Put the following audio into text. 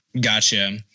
Gotcha